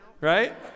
right